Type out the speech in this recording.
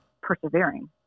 persevering